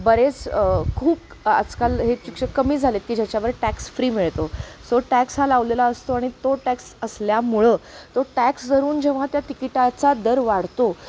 बरेच खूप आजकाल हे पिक्चं कमी झाले आहेत की ज्याच्यामध्ये टॅक्स फ्री मिळतो सो टॅक्स हा लावलेला असतो आणि तो टॅक्स असल्यामुळं तो टॅक्स धरून जेव्हा त्या तिकिटाचा दर वाढतो